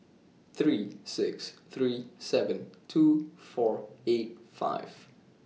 three six three seven two four eight five